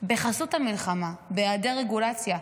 בחסות המלחמה, בהיעדר רגולציה.